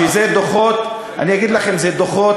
שזה דוחות תעבורה,